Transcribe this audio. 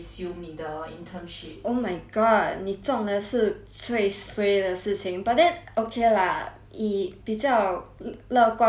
oh my god 你中的是最 suay 的事情 but then okay lah 你比较乐观的想法去想的话